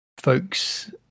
folks